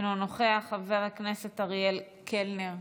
אינו נוכח, חבר הכנסת אריאל קלנר,